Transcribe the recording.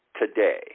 today